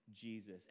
Jesus